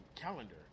calendar